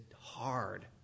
hard